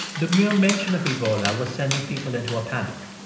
the mere mention of ebola was sending people into a panic.